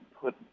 put